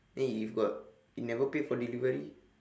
then if got if never pay for delivery